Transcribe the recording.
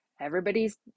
everybody's